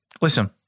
listen